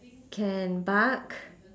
can bark